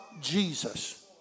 Jesus